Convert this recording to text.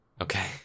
Okay